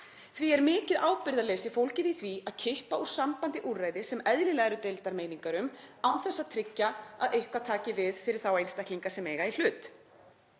Því er mikið ábyrgðarleysi fólgið í því að kippa úr sambandi úrræði sem eðlilega eru deildar meiningar um án þess að tryggja að eitthvað taki við fyrir þá einstaklinga sem í hlut